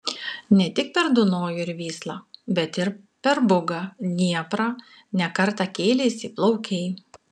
ne tik per dunojų ir vyslą bet ir per bugą dnieprą ne kartą kėleisi plaukei